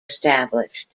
established